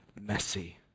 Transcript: messy